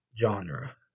genre